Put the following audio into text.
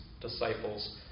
disciples